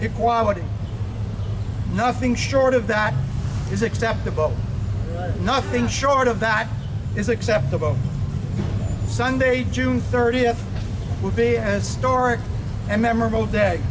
equality nothing short of that is acceptable nothing short of that is acceptable sunday june th will be as story and memorable day